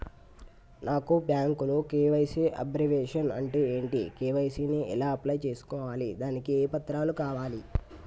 నాకు బ్యాంకులో KYC abbreviation అంటే ఏంటి కే.వై.సీ ని ఎలా అప్లై చేసుకోవాలి దానికి ఏ పత్రాలు కావాలి?